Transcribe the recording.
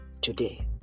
today